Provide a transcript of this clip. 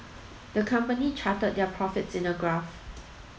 the company charted their profits in a graph